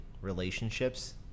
relationships